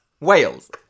Wales